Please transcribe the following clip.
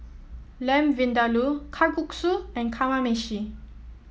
Lamb Vindaloo Kalguksu and Kamameshi